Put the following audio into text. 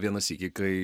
vieną sykį kai